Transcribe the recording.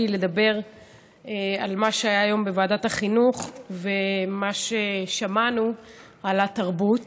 לדבר על מה שהיה היום בוועדת החינוך ומה ששמענו על התרבות.